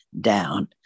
down